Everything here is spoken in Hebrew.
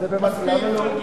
מספיק.